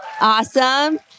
Awesome